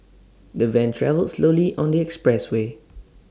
the van travelled slowly on the expressway